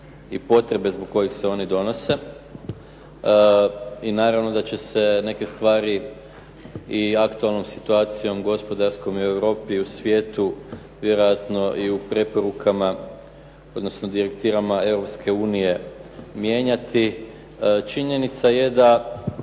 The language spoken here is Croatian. i potrebe zbog kojih se one donose. I naravno da će se neke stvari i aktualnom situacijom gospodarskom i u Europi i u svijetu, vjerojatno i u preporukama, odnosno direktivama Europske unije mijenjati. Činjenica je da